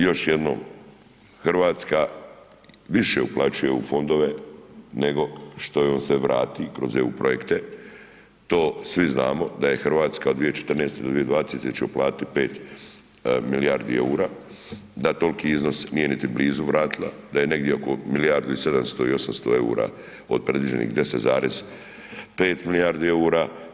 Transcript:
Još jednom Hrvatska više uplaćuje u fondove nego što joj se vrati kroz eu projekte, to svi znamo da je Hrvatska od 2014. do 2020. će uplatiti 5 milijardi eura, da toliki iznos nije niti blizu vratila, da je negdje oko milijardu i 700, 800 eura od predviđenih 10,5 milijardi eura.